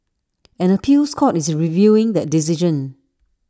an appeals court is reviewing that decision